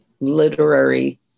literary